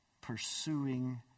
pursuing